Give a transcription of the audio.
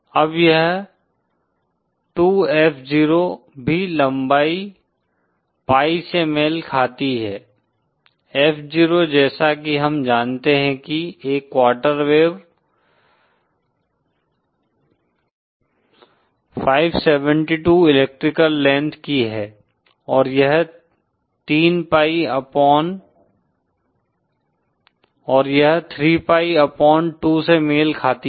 अब यह 2 F0 भी लंबाई pi से मेल खाती है F0 जैसा कि हम जानते हैं कि एक क्वार्टर वेव 572 इलेक्ट्रिकल लेंथ की है और यह 3 pi अपॉन 2 से मेल खाती है